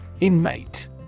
Inmate